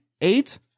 eight